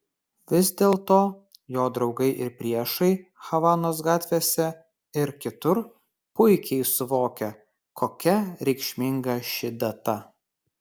vis dėlto jo draugai ir priešai havanos gatvėse ir kitur puikiai suvokia kokia reikšminga ši data